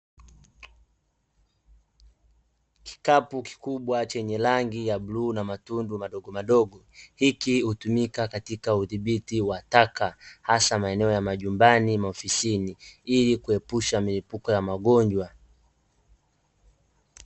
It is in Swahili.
Kikapu kikubwa chenye rangi ya bluu na matundu madogo madogo, hiki hutumika katika udhibiti wa taka hasa maeneo ya majumbani, maofisini ili kuepusha milipuko ya magonjwa.